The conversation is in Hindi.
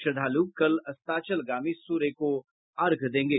श्रद्धालु कल अस्ताचलगामी सूर्य को अर्घ्य देंगे